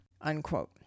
unquote